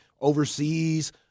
overseas